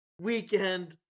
weekend